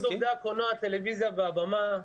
הקולנוע, הטלוויזיה והבמה.